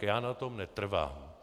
Já na tom netrvám.